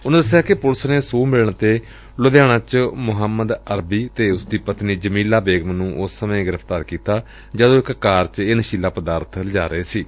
ਉਨੂਾ ਦਸਿਆ ਕਿ ਪੁਲਿਸ ਨੇ ਸੂਹ ਮਿਲਣ ਤੇ ਲੁਧਿਆਣਾ ਚ ਮੁਹੰਮਦ ਅਰਬੀ ਅਤੇ ਉਸ ਦੀ ਪਤਨੀ ਜਮੀਲਾ ਬੇਗਮ ਨੂੰ ਉਸ ਸਮੇਂ ਗ੍੍ਿਫ਼ਤਾਰ ਕੀਤਾ ਜਦ ਉਹ ਇਕ ਕਾਰ ਚ ਇਹ ਨਸ਼ੀਲਾ ਪਦਾਰਥ ਲਿਜਾ ਰਹੇ ਸਨ